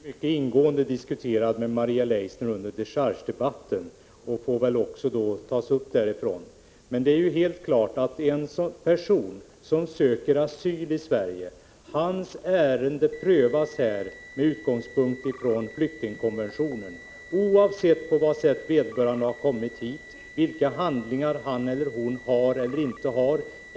Fru talman! Den här frågan diskuterades mycket ingående med bl.a. Maria Leissner under dechargedebatten och får väl tas upp på den grunden. Det är helt klart att när en person söker asyl i Sverige, prövas ärendet med utgångspunkt i flyktingkonventionen, oavsett på vilket sätt vederbörande har kommit hit och vilka handlingar han eller hon har eller inte har.